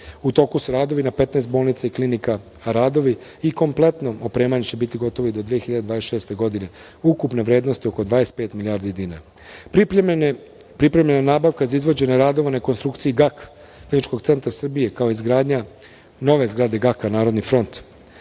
U toku su radovi na 15 bolnica i klinika, a radovi i kompletno opremanje će biti gotovi do 2026. godine ukupne vrednosti oko 25 milijardi dinara. Pripremljena je nabavka za izvođenje radova na rekonstrukciji GAK Kliničkog centra Srbije, kao i izgradnja nove zgrade GAK-a „Narodni front“.U